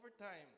overtime